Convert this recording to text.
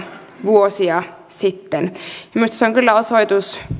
vuosia sitten minusta se on kyllä osoitus